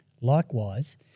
Likewise